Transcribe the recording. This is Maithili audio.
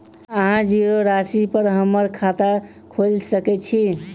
अहाँ जीरो राशि पर हम्मर खाता खोइल सकै छी?